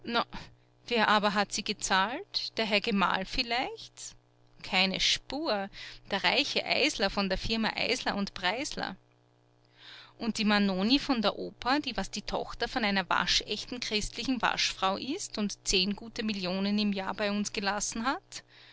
wer aber hat sie gezahlt der herr gemahl vielleicht keine spur der reiche eisler von der firma eisler und breisler und die manoni von der oper die was die tochter von einer waschechten christlichen waschfrau ist und zehn gute millionen im jahr bei uns gelassen hat